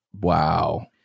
Wow